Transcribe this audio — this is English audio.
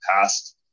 past